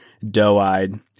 doe-eyed